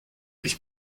ich